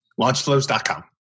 launchflows.com